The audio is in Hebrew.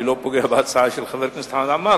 אני לא פוגע בהצעה של חבר הכנסת חמד עמאר,